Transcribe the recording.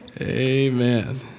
amen